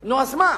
נו, אז מה,